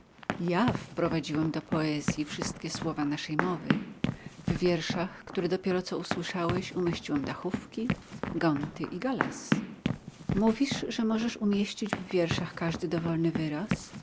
ja wprowadziłem do poezji wszystkie słowa naszej mowy w wierszach które dopiero co usłyszałeś umieściłem dachówki gonty i galas mówisz że możesz umieścić w wierszach każdy dowolny wyraz